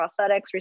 prosthetics